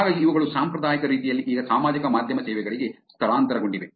ಹಾಗಾಗಿ ಇವುಗಳು ಸಾಂಪ್ರದಾಯಿಕ ರೀತಿಯಲ್ಲಿ ಈಗ ಸಾಮಾಜಿಕ ಮಾಧ್ಯಮ ಸೇವೆಗಳಿಗೆ ಸ್ಥಳಾಂತರಗೊಂಡಿವೆ